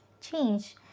change